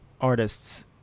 artists